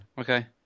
Okay